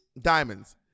diamonds